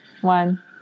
one